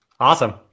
Awesome